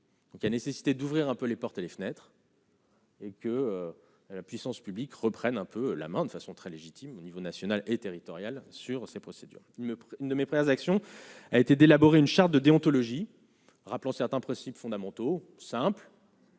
Il y a nécessité d'ouvrir un peu les portes et les fenêtre s'. Et que la puissance publique reprenne un peu la main de façon très légitime, au niveau national et territorial sur ces procédures. Mais ne méprise action a été d'élaborer une charte de déontologie rappelant certains principes fondamentaux Simple